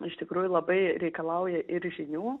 iš tikrųjų labai reikalauja ir žinių